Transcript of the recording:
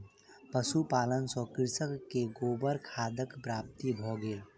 पशुपालन सॅ कृषक के गोबर खादक प्राप्ति भ गेल